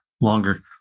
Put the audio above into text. longer